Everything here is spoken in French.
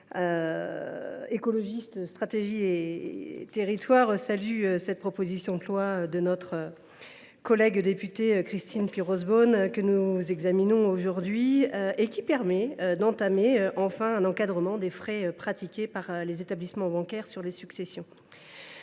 Écologiste – Solidarité et Territoires salue la proposition de loi de notre collègue députée Christine Pires Beaune, que nous examinons aujourd’hui et qui permet d’engager – enfin !– un encadrement des frais pratiqués par les établissements bancaires sur les successions.